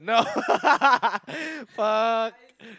no fuck